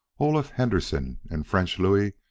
olaf henderson and french louis,